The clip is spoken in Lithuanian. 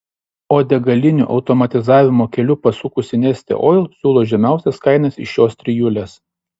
o degalinių automatizavimo keliu pasukusi neste oil siūlo žemiausias kainas iš šios trijulės